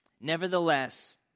Nevertheless